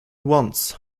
once